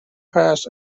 past